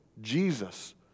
Jesus